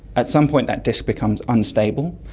at some point that disk becomes unstable,